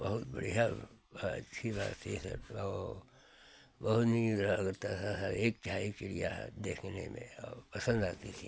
और बहुत बढ़िया था अच्छी बात ये है थोड़ा बहुत सी होता है हर एक टाइप की चिड़िया है देखने में है पसंद आती थी